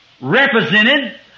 represented